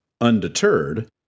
Undeterred